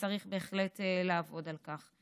וצריך בהחלט לעבוד על כך.